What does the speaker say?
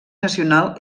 nacional